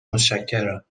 متشکرم